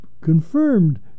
confirmed